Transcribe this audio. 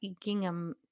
gingham